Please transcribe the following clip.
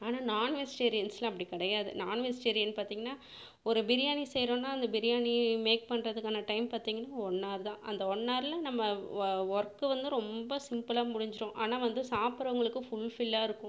ஆனால் நாண் வெஜிடேரியன்ஸில் அப்படி கிடையாது நாண் வெஜிடேரியன் பார்த்தீங்கனா ஒரு பிரியாணி செய்கிறோனா அந்த பிரியாணி மேக் பண்ணுறதுகான டைம் பார்த்தீங்கனா ஒன் ஹவர்தான் அந்த ஒன் ஹவரில் நம்ம ஒ ஒர்க்கை வந்து ரொம்ப சிம்புளாக முடிஞ்சிடும் ஆனால் வந்து சாப்பறவங்களுக்கு ஃபுல்ஃபில்லாக இருக்கும்